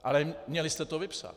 Ale měli jste to vypsat.